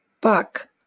Buck